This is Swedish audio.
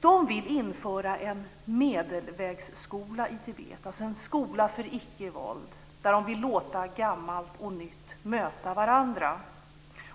Tibetanerna vill införa en medelvägsskola i Tibet, en skola för icke-våld. De vill låta gammalt och nytt möta varandra.